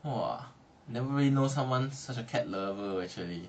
!wah! never really know someone such a cat lover actually